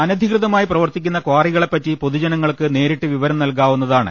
അനധി കൃതമായി പ്രവർത്തിക്കുന്ന കാറികളെപറ്റി പൊതുജനങ്ങൾക്ക് നേരിട്ട് വിവരം നൽകാവുന്നതാണ്